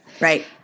Right